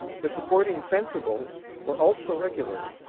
the supporting fencibles were also regulars,